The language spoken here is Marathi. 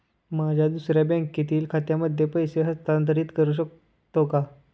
माझ्या दुसऱ्या बँकेतील खात्यामध्ये पैसे हस्तांतरित करू शकतो का?